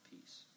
peace